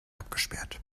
abgesperrt